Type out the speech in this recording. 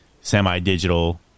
semi-digital